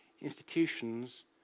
institutions